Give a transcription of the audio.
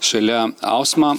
šalia ausmą